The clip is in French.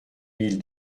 mille